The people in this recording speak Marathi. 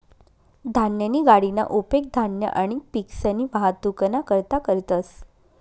धान्यनी गाडीना उपेग धान्य आणि पिकसनी वाहतुकना करता करतंस